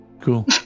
Cool